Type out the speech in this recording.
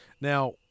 Now –